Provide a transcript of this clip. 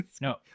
No